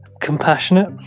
compassionate